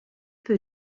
peu